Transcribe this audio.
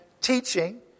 teaching